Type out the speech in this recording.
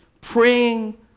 praying